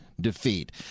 defeat